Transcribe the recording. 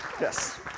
Yes